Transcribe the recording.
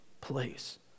place